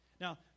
Now